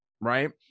right